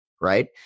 right